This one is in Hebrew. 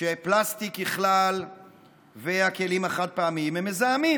שפלסטיק בכלל והכלים החד-פעמיים הם מזהמים.